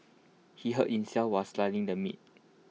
he hurt himself while slicing the meat